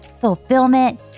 fulfillment